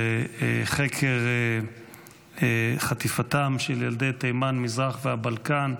לחקר חטיפתם של ילדי תימן, המזרח והבלקן.